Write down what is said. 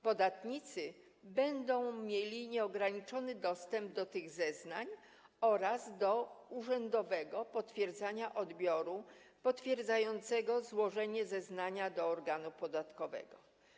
Podatnicy będą mieli nieograniczony dostęp do tych zeznań oraz do urzędowego potwierdzania odbioru potwierdzającego złożenie zeznania do organu podatkowego.